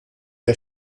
der